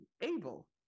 able